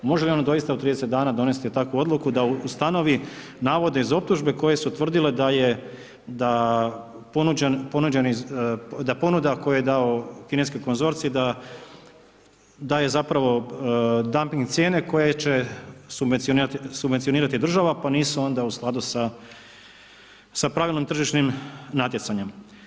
Može li ono doista u 30 dana donesti takvu odluku da ustanovi navode iz optužbe koje su tvrdile da ponuda koju je dao kineski konzorcij da daje zapravo dumping cijene koje će subvencionirati država pa nisu onda u skladu sa pravilnim tržišnim natjecanjem.